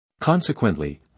Consequently